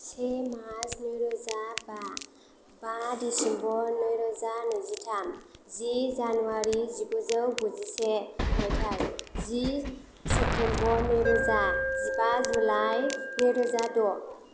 से मार्स नैरोजा बा बा डिसेम्बर नैरोजा नैजिथाम जि जानुवारि जिगुजौ गुजिसे माइथाय जि सेप्तेम्बर नैरोजा जिबा जुलाइ नैरोजा द'